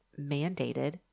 mandated